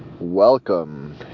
Welcome